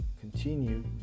continue